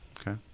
Okay